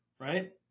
Right